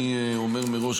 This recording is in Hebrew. אני אומר מראש,